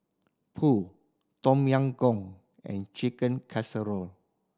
Pho Tom Yam Goong and Chicken Casserole